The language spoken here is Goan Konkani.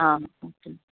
आं ओके